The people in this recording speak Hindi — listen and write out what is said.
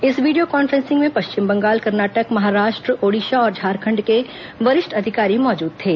इस वीडियों कॉन्फ्रेसिंग में पश्चिम बंगाल कर्नाटक महाराष्ट्र ओड़िसा और झारखण्ड के वरिष्ठ अधिकारी मौजूद थे